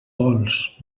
vols